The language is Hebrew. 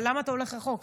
אבל למה אתה הולך רחוק?